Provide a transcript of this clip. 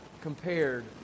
compared